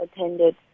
attended